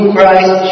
Christ